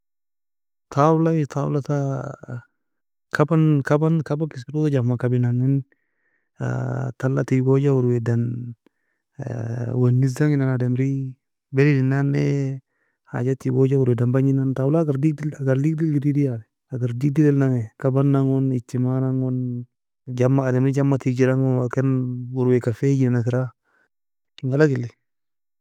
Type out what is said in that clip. Tawlai tawlata kaben kaban kabaka eskirosa jamen kabienani, tala teagoja werweadan wenisdanginan ademri, beledin nannae hajag teagoja werweadan bagninan, tawla agar deagidl deagidil greadi yan, agar deagidil elnami kabana gon, ijtimaana gon, jaman ademri jaman teagijenan gon, ken werweaka fayjinena kira, enga'alag eli.